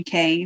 UK